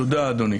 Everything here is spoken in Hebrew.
תודה, אדוני.